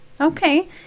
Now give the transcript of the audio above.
Okay